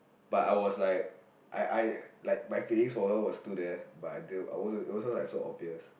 but I was like I I like my feelings for her was still there but I I it wasn't so obvious